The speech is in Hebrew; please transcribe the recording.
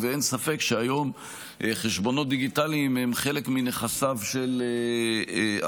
ואין ספק שהיום חשבונות דיגיטליים הם חלק מנכסיו של אדם.